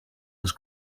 was